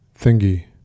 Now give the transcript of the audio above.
thingy